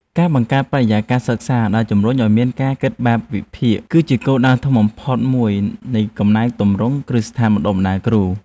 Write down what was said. ការបង្កើតបរិយាកាសសិក្សាដែលជំរុញឱ្យមានការគិតបែបវិភាគគឺជាគោលដៅធំបំផុតមួយនៃកំណែទម្រង់គ្រឹះស្ថានបណ្តុះបណ្តាលគ្រូ។